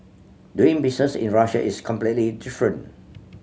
doing business in Russia is completely different